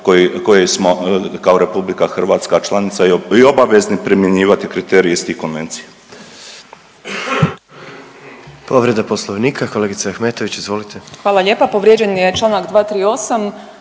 koje smo kao Republika Hrvatska članica i obavezni primjenjivati kriterije iz tih konvencija.